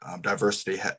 diversity